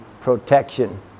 protection